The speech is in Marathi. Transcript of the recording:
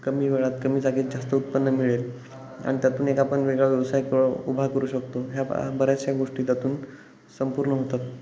कमी वेळात कमी जागेत जास्त उत्पन्न मिळेल आणि त्यातून एक आपण वेगळा व्यवसाय क उभा करू शकतो ह्या हा बऱ्याचशा गोष्टी त्यातून संपूर्ण होतात